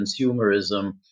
consumerism